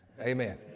Amen